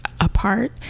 Apart